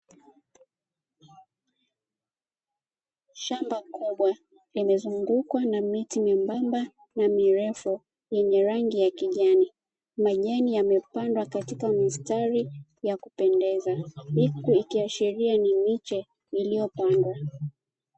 Shamba kubwa limezungukwa na miti membamba na mirefu yenye rangi ya kijani. Majani yamepandwa katika mistari ya kupendeza, huku ikiashiria ni miche iliopandwa.